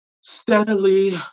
steadily